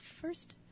first